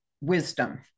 wisdom